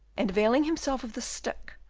and availing himself of the stick,